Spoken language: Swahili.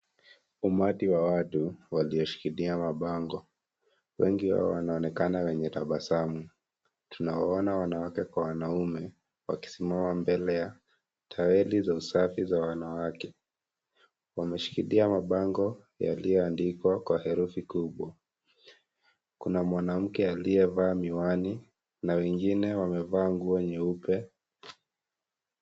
Umati wa watu walioshikilia mabango wengi hao wanaonekana wenye tabasamu, tunawaona wanawake kwa wanaume wakisimama mbele ya taweli za usafi za wanawake, wameshikilia yalioandikwa kwa herufi kubwa , kuna mwanamke aliyevaa miwani na wengine wamevaa nguo nyeupe.